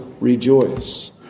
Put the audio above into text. rejoice